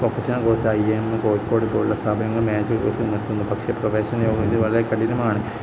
professional course I I M Kozhikode പോലുള്ള സ്ഥാപനങ്ങൾ major course നല്കുന്നു പക്ഷെ പ്രവേശന നടപടി വളരെ കഠിനമാണ്